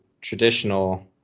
traditional